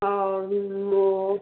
और वो